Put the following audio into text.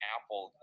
Apple